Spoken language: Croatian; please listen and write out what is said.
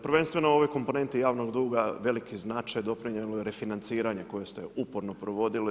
Prvenstveno o ovoj komponenti javnog duga veliki značaj doprinijelo je refinanciranje koje ste uporno provodili.